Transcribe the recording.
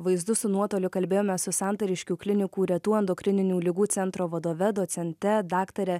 vaizdu su nuotoliu kalbėjome su santariškių klinikų retų endokrininių ligų centro vadove docente daktare